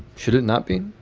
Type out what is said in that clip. should it not be?